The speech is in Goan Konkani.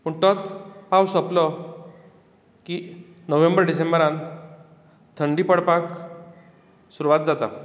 पूण तोच पावस सोंपलो की नोव्हेंबर डिसेंबरान थंडी पडपाक सुरवात जाता